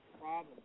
problem